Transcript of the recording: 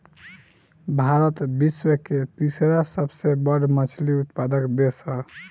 भारत विश्व के तीसरा सबसे बड़ मछली उत्पादक देश ह